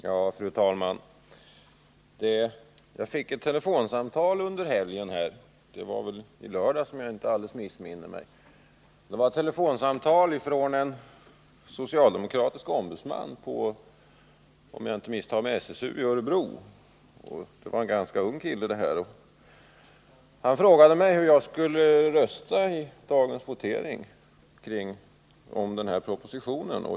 Fru talman! Jag fick ett telefonsamtal under helgen — det var i lördags — från en socialdemokratisk ombudsman inom SSU i Örebro, om jag inte misstar mig. Han frågade mig hur jag skulle rösta i dagens votering om den här propositionen.